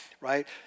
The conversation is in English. right